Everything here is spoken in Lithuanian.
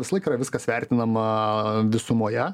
visąlaik yra viskas vertinama visumoje